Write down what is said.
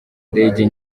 indege